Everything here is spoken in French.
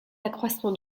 accroissement